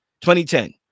2010